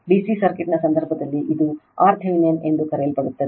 D C ಸರ್ಕ್ಯೂಟ್ನ ಸಂದರ್ಭದಲ್ಲಿ ಇದು R ಥೆವೆನಿನ್ ಎಂದು ಕರೆಯಲ್ಪಡುತ್ತದೆ